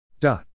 Dot